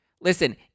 Listen